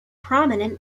prominent